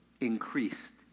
increased